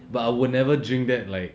but I will never drink that like